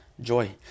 Joy